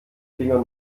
fingern